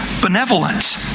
benevolent